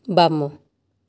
ବାମ